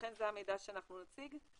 לכן זה המידע שאנחנו נציג.